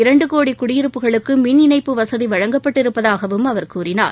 இரண்டு கோடி குடியிருப்புகளுக்கு மின்இணைப்பு வசதி வழங்கப்பட்டு இருப்பதாகவும் அவர் கூறினார்